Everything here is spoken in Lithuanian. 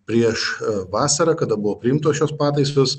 prieš vasarą kada buvo priimtos šios pataisos